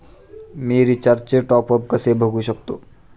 मी रिचार्जचे टॉपअप कसे बघू शकतो?